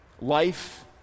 Life